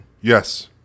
Yes